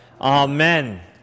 Amen